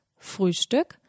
Frühstück